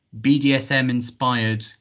BDSM-inspired